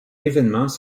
événements